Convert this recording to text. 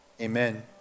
Amen